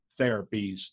therapies